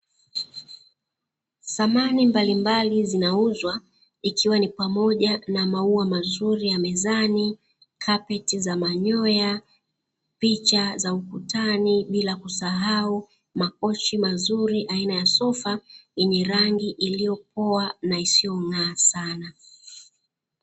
Samani mbalimbali zinauzwa ikiwa ni pamoja na maua mazuri ya nyumbani, kapeti za manyoya, picha za ukutani bila kusahau makochi mazuri aina ya sofa yenye rangi iliyopoa na isiyong'aa sana.